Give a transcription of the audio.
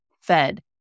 fed